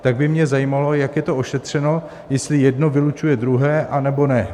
Tak by mě zajímalo, jak je to ošetřeno, jestli jedno vylučuje druhé, anebo ne.